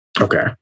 Okay